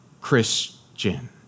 Christian